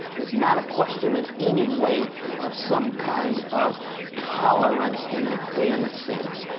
it's not a question in any way of some kind of tolerance in the thin sense.